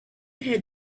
had